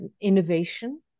innovation